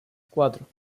cuatro